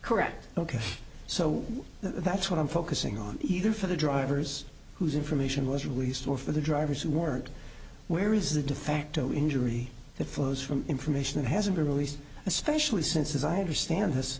correct ok so that's what i'm focusing on either for the drivers whose information was released or for the drivers who weren't where is the defacto injury that flows from information that hasn't been released especially since as i understand this